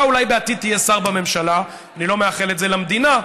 אתה אולי בעתיד תהיה שר בממשלה אני לא מאחל את זה למדינה,